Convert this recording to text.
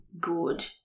good